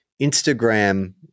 Instagram